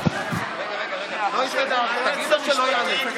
סגן שר האוצר אמר לי שהוא יודיע כאן שלא ישתנו נהלים של מי שמקצה,